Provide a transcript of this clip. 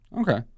Okay